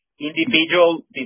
individual